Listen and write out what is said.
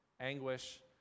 anguish